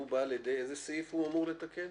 את איזו תקנה הוא בא לתקן?